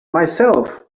myself